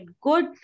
good